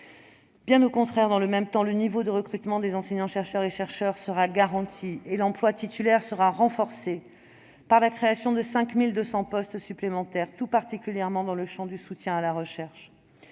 Bien au contraire, le niveau de recrutement des enseignants-chercheurs et des chercheurs sera garanti. L'emploi titulaire sera renforcé par la création de 5 200 postes supplémentaires, tout particulièrement dans le champ du soutien à la recherche.